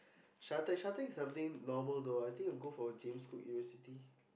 Shatec Shatec is something normal though I think you'll go for James-Cook-University